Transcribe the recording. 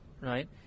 right